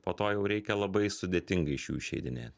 po to jau reikia labai sudėtingai iš jų išeidinėt